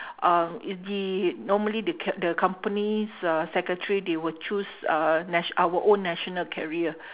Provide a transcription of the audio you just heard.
um is the normally the ca~ the company's uh secretary they will choose uh nat~ our own national carrier